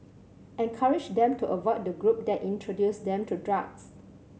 encourage them to avoid the group that introduced them to drugs